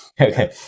okay